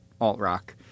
alt-rock